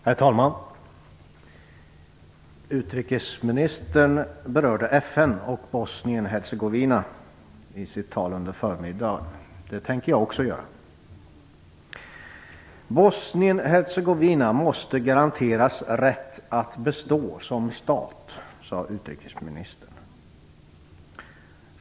Herr talman! Utrikesministern berörde FN och Bosnien-Hercegovina i sitt tal under förmiddagen. Det tänker jag också göra. Bosnien-Hercegovina måste garanteras rätt att bestå som stat, sade utrikesministern.